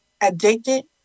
Addicted